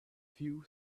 few